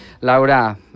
Laura